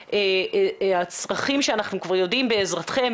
לפי הצרכים שאנחנו כבר יודעים בעזרתכם,